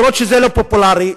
אפילו שזה לא פופולרי,